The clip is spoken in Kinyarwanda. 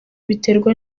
biterwa